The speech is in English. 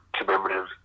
commemorative